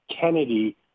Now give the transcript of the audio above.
kennedy